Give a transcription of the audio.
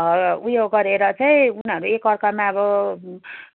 उयो गरेर चाहिँ उनीहरू एकअर्कामा अब